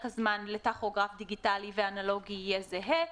הזמן לטכוגרף דיגיטלי ואנלוגי יהיה זהה,